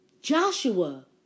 Joshua